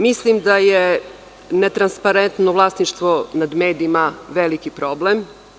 Mislim da je netrasparentno vlasništvo nad medijima veliki problem.